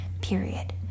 period